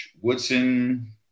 Woodson